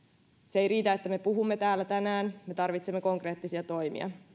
se ei riitä että me puhumme täällä tänään me tarvitsemme konkreettisia toimia